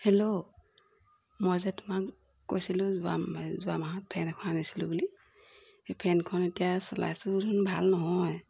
hello মই যে তোমাক কৈছিলো যোৱা যোৱা মাহত ফেন এখন আনিছিলো বুলি ফেনখন এতিয়া চলাইছো দেখোন ভাল নহয়